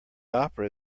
opera